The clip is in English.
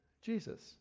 Jesus